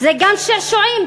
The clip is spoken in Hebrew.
זה גן-שעשועים,